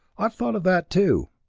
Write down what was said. i've thought of that too,